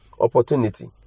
Opportunity